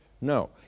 No